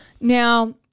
Now